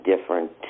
different